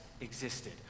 existed